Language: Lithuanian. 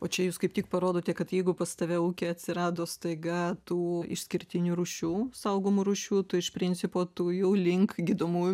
o čia jūs kaip tik parodote kad jeigu pas tave ūkyje atsirado staiga tų išskirtinių rūšių saugomų rūšių tu iš principo tu jau link gydomųjų